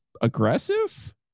aggressive